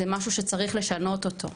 זה משהו שצריך לשנות אותו.